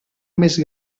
més